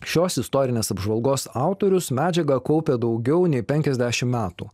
šios istorinės apžvalgos autorius medžiagą kaupia daugiau nei penkiasdešim metų